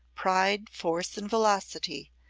pride, force and velocity,